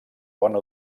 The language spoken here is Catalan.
bona